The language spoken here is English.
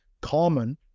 common